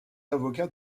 avocat